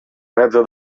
mezzo